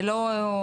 זה לא רלוונטי,